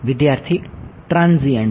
વિદ્યાર્થી ટ્રાનસીયન્ટ